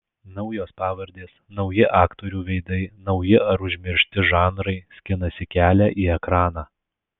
naujos pavardės nauji aktorių veidai nauji ar užmiršti žanrai skinasi kelią į ekraną